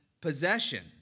possession